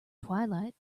twilight